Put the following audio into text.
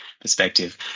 perspective